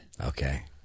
okay